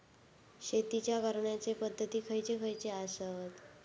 शेतीच्या करण्याचे पध्दती खैचे खैचे आसत?